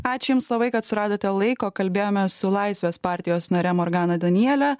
ačiū jums labai kad suradote laiko kalbėjomės su laisvės partijos nare morgana daniele